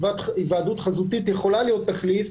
שהיוועדות חזותית יכולה להיות תחליף,